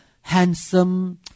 handsome